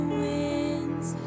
winds